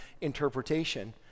interpretation